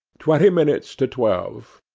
twenty minutes to twelve.